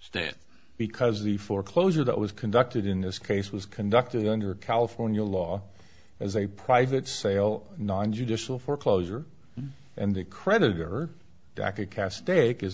stand because the foreclosure that was conducted in this case was conducted under california law as a private sale non judicial foreclosure and the creditor jackass stake is